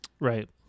Right